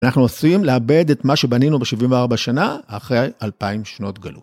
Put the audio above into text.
אנחנו עשויים לאבד את מה שבנינו ב-74 שנה, אחרי 2,000 שנות גלות.